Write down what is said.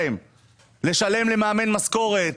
לשלם למאמן משכורת,